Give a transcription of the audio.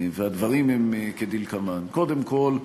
והדברים הם כדלקמן: קודם כול,